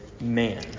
man